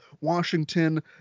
Washington